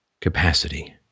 capacity